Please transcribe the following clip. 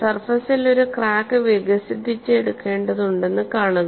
സർഫസിൽ ഒരു ക്രാക്ക് വികസിപ്പിച്ചെടുക്കേണ്ടതുണ്ടെന്ന് കാണുക